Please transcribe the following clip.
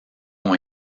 ont